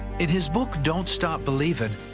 in his book, don't stop believing,